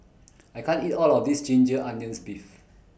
I can't eat All of This Ginger Onions Beef